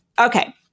Okay